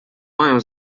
mają